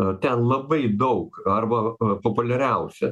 ten labai daug arba populiariausia